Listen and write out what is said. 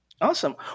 Awesome